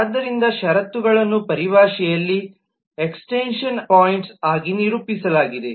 ಆದ್ದರಿಂದ ಷರತ್ತುಗಳನ್ನು ಪರಿಭಾಷೆಯಲ್ಲಿ ಎಕ್ಸಟೆನ್ಶನ್ ಪಾಯಿಂಟ್ಸ್ ಆಗಿ ನಿರೂಪಿಸಲಾಗಿದೆ